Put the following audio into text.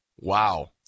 Wow